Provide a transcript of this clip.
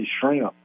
shrimp